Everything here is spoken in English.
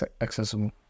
accessible